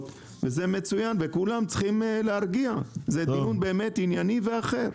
כולם צריכים להרגיע, זה באמת דיון ענייני ואחר.